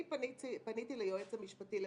אני פניתי ליועץ המשפטי לממשלה,